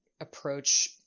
approach